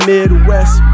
Midwest